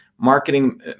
marketing